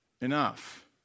enough